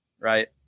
Right